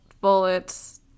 bullets